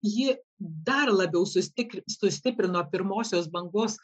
ji dar labiau sustikr sustiprino pirmosios bangos